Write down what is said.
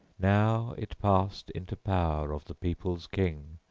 now it passed into power of the people's king,